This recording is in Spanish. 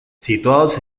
situados